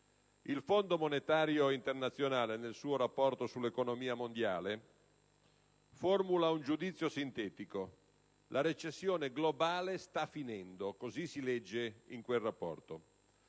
Il Fondo monetario internazionale nel suo rapporto sull'economia mondiale formula un giudizio sintetico: la recessione globale sta finendo. Così si legge in quel rapporto.